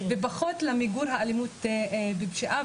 ופחות למיגור האלימות והפשיעה,